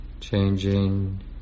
changing